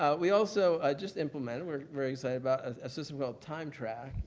ah we also just implemented, we're very excited about a system called time track,